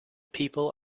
people